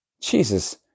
Jesus